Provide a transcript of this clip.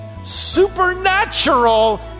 Supernatural